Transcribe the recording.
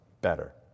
better